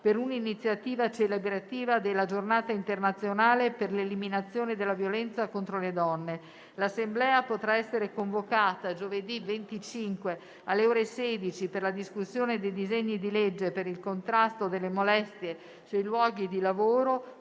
per un'iniziativa celebrativa della Giornata internazionale per l'eliminazione della violenza contro le donne. L'Assemblea potrà essere convocata giovedì 25, alle ore 16, per la discussione dei disegni di legge per il contrasto delle molestie sui luoghi di lavoro,